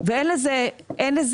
ואין לזה גבול.